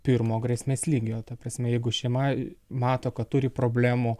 pirmo grėsmės lygio ta prasme jeigu šeima mato kad turi problemų